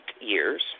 years